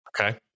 Okay